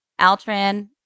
Altran